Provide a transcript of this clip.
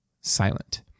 silent